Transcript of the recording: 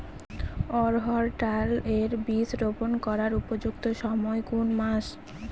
অড়হড় ডাল এর বীজ রোপন করার উপযুক্ত সময় কোন কোন মাস?